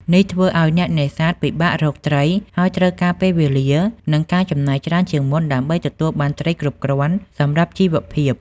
នេះធ្វើឱ្យអ្នកនេសាទពិបាករកត្រី ហើយត្រូវការពេលវេលា និងការចំណាយច្រើនជាងមុនដើម្បីទទួលបានត្រីគ្រប់គ្រាន់សម្រាប់ជីវភាព។